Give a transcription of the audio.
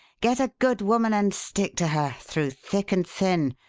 get a good woman and stick to her, through thick and thin,